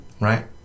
right